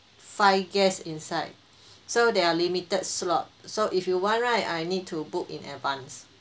five guests inside so there are limited slot so if you want right I need to book in advance